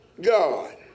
God